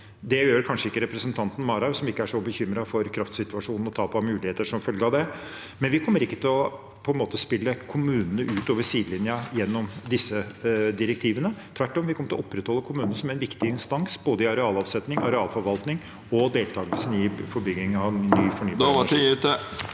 Det gjør kanskje ikke representanten Marhaug, som ikke er så bekymret for kraftsituasjonen og tap av muligheter som følge av det. Vi kommer ikke til å spille kommunene utover sidelinjen gjennom disse direktivene. Tvert om kommer vi til å opprettholde kommunene som en viktig instans i både arealavsetningen, arealforvaltningen og deltakelsen i bygging av ny fornybar energi.